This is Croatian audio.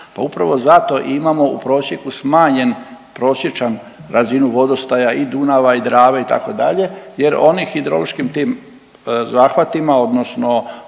pa upravo zato imamo u prosjeku smanjen prosječan razinu vodostaja i Dunava i Drave itd. jer oni hidrološkim tim zahvatima odnosno